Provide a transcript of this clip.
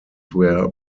where